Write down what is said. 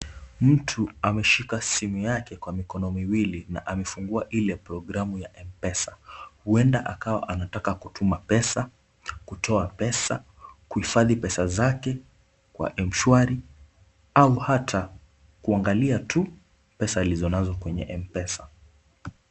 Mtu ameshika simu yake kwa mikono miwili na amefungua ile programu ya M-Pesa. Huenda akawa anataka kutuma pesa, kutoa pesa, kuhifadhi pesa zake kwa Mshwari au hata kuangalia tu pesa alizo nazo kwenye M-Pesa.